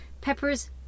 Peppers